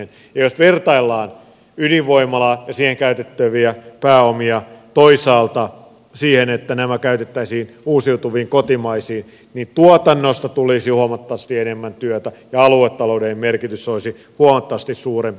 ja jos vertaillaan ydinvoimalaa ja siihen käytettäviä pääomia toisaalta siihen että nämä käytettäisiin uusiutuviin kotimaisiin niin tuotannosta tulisi jo huomattavasti enemmän työtä ja aluetaloudellinen merkitys olisi huomattavasti suurempi